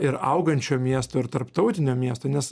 ir augančio miesto ir tarptautinio miesto nes